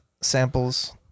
samples